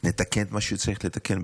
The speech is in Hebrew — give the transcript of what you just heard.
נתקן את מה שצריך לתקן,